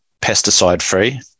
pesticide-free